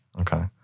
okay